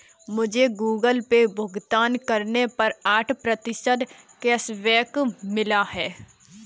मुझे Google Pay भुगतान करने पर आठ प्रतिशत कैशबैक मिला है